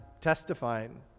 testifying